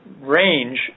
range